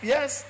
Yes